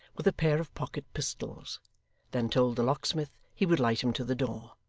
with a pair of pocket pistols then told the locksmith he would light him to the door.